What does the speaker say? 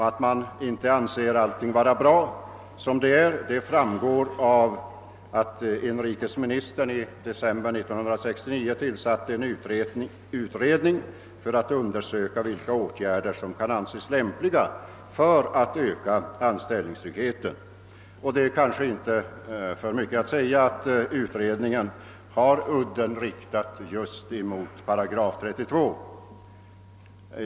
Att man inte anser att allting är bra som det är framgår av att inrikesministern i december 1969 tillsatte en utredning för att undersöka vilka åtgärder som kan anses lämpliga för att öka anställningstryggheten. Det är kanske inte för mycket att säga att utredningen har sin udd riktad just mot § 32.